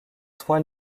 trois